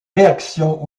réactions